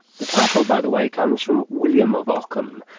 the title by the way comes from william of ockham,